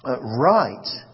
right